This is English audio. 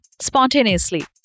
spontaneously